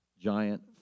giant